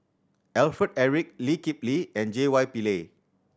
Alfred Eric Lee Kip Lee and J Y Pillay